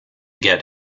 get